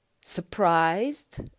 surprised